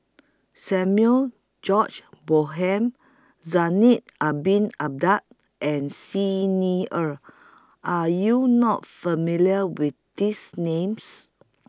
Samuel George Bonham Zainal Abidin Ahmad and Xi Ni Er Are YOU not familiar with These Names